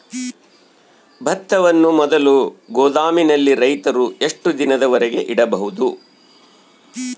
ಭತ್ತವನ್ನು ಮೊದಲು ಗೋದಾಮಿನಲ್ಲಿ ರೈತರು ಎಷ್ಟು ದಿನದವರೆಗೆ ಇಡಬಹುದು?